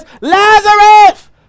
Lazarus